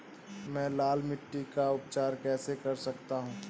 मैं लाल मिट्टी का उपचार कैसे कर सकता हूँ?